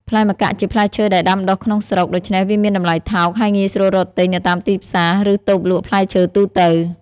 ផ្លែម្កាក់ជាផ្លែឈើដែលដាំដុះក្នុងស្រុក ដូច្នេះវាមានតម្លៃថោក ហើយងាយស្រួលរកទិញនៅតាមទីផ្សារ ឬតូបលក់ផ្លែឈើទូទៅ។